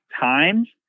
times